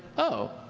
oh,